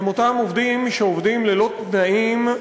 הם אותם עובדים שעובדים ללא תנאים,